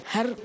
Har